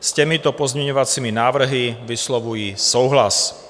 S těmito pozměňovacími návrhy vyslovuji souhlas.